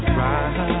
right